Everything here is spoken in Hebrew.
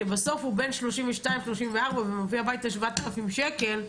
בסוף הוא בן 32 או 34 ומביא הביתה 7,000 שקלים,